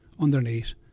underneath